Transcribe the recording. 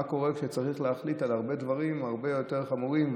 מה קורה אם צריך להחליט בדברים הרבה יותר חמורים?